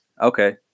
Okay